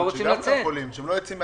שגם לא יכולים.